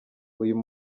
uyu